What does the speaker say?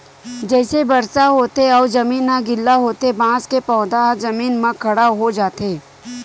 जइसे बरसा होथे अउ जमीन ह गिल्ला होथे बांस के पउधा ह जमीन म खड़ा हो जाथे